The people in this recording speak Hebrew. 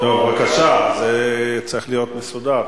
בבקשה, זה צריך להיות מסודר.